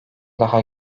daha